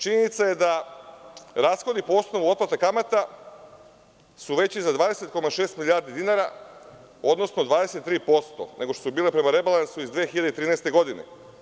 Činjenica je da rashodi po osnovu otplate kamata su veći za 20,6 milijardi dinara, odnosno 23% nego što su bile prema rebalansu iz 2013. godine.